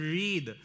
read